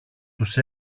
τους